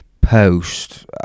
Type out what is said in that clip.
post